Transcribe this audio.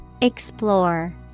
Explore